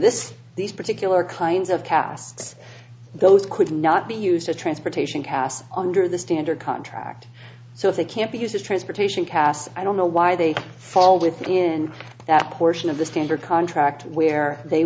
this these particular kinds of casts those could not be used for transportation cas under the standard contract so if they can't be used as transportation casts i don't know why they fall within that portion of the standard contract where they